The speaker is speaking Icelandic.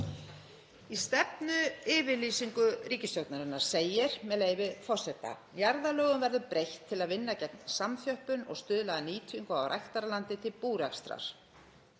Í stefnuyfirlýsingu ríkisstjórnarinnar segir, með leyfi forseta: „Jarðalögum verður breytt til að vinna gegn samþjöppun og stuðla að nýtingu á ræktarlandi til búrekstrar.“